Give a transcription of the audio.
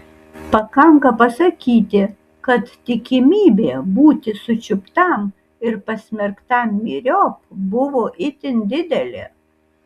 pakanka pasakyti kad tikimybė būti sučiuptam ir pasmerktam myriop buvo itin didelė